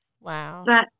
Wow